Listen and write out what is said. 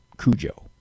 Cujo